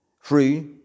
free